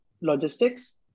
logistics